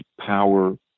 power